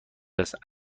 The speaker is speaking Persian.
است